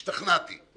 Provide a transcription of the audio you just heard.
השתכנעתי.